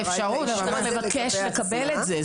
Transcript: היא צריכה לבקש לקבל את זה.